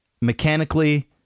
mechanically